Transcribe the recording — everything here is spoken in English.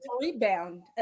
rebound